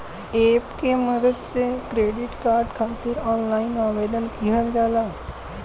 app के मदद से क्रेडिट कार्ड खातिर ऑनलाइन आवेदन किहल जा सकला